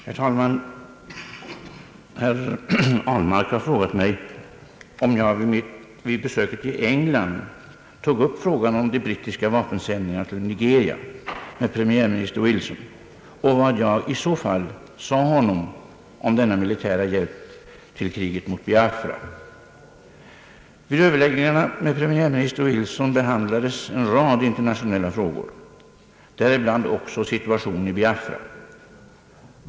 Herr talman! Herr Ahlmark har frågat mig om jag vid besöket i England tog upp frågan om de brittiska vapensändningarna till Nigeria med premiärminister Wilson och vad jag i så fall sade om denna militära hjälp till kriget mot Biafra. Vid överläggningarna med premiärminister Wilson behandlades en rad internationella frågor, däribland också situationen i Biafra.